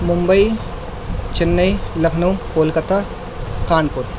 Mumbai Chennai Lucknow Kolkata Kanpur